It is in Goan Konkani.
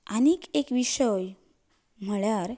आनी एक विशय म्हणल्यार